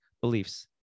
beliefs